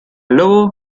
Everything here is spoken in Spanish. lobo